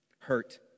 hurt